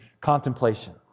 contemplation